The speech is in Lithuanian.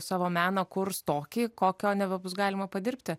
savo meną kurs tokį kokio nebebus galima padirbti